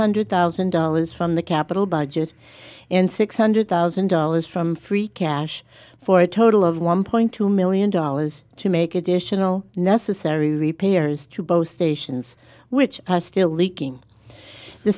hundred thousand dollars from the capital budget and six hundred thousand dollars from free cash for a total of one point two million dollars to make additional necessary repairs to both stations which are still leaking the